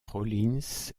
rollins